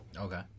okay